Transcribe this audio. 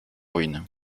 ruines